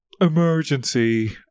emergency